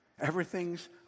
Everything's